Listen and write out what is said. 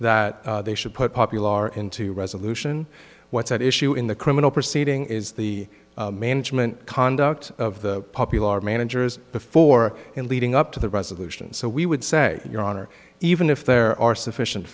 that they should put popular into resolution what's at issue in the criminal proceeding is the management conduct of the popular managers before and leading up to the resolution so we would say your honor even if there are sufficient